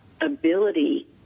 Ability